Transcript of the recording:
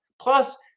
Plus